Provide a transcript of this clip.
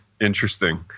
Interesting